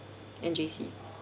and J_C